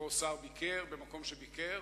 שבו שר ביקר במקום שביקר